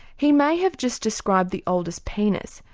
he may have just described the oldest penis,